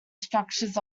structures